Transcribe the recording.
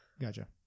Gotcha